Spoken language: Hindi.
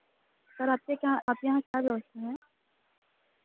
सर आप के क्या आपके यहाँ क्या व्यवस्था है